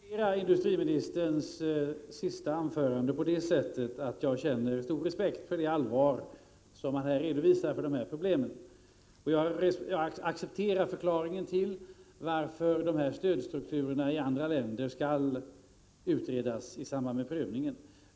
Herr talman! Jag vill gärna kommentera industriministerns senaste anförande på det sättet att jag känner stor respekt för det allvar för problemen som han här redovisar. Jag accepterar förklaringen till att stödstrukturerna i andra länder skall utredas i samband med prövningen.